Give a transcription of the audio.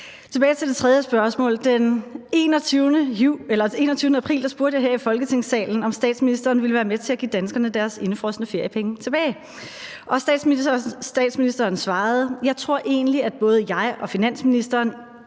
Tilbage til det tredje spørgsmål: Den 21. april spurgte jeg her i Folketingssalen, om statsministeren ville være med til at give danskerne deres indefrosne feriepenge tilbage. Og statsministeren svarede: »Jeg tror egentlig, at både jeg og finansministeren